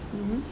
mmhmm